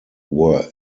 were